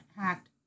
hacked